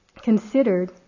considered